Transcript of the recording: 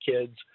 kids